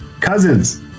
Cousins